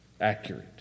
accurate